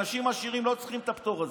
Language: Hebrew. אנשים עשירים לא צריכים את הפטור הזה.